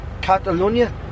Catalonia